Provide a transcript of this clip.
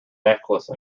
necklace